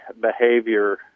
behavior